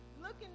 looking